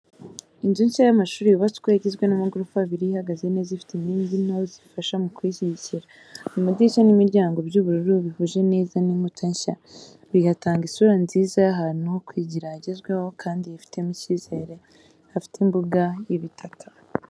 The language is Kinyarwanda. Inzu nshya y’amashuri yubatswe igizwe n’amagorofa abiri, ihagaze neza ifite inkingi nto zifasha mu kuyishyigikira. Amadirishya n'imiryango by’ubururu bihuje neza n’inkuta nshya, bigatanga isura nziza y’ahantu ho kwigira hagezweho kandi hifitemo icyizere. Hafite imbuga y'ibitaka.